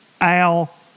Al